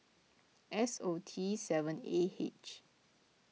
S O T seven A H